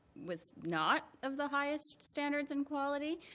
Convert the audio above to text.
was not of the highest standard and quality.